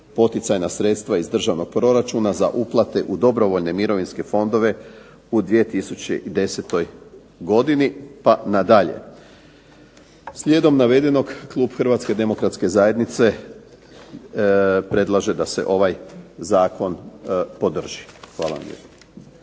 poticajna sredstva iz državnog proračuna za uplate u dobrovoljne mirovinske fondove u 2010. godini pa nadalje. Slijedom navedenog, klub Hrvatske demokratske zajednice predlaže da se ovaj zakon podrži. Hvala.